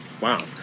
Wow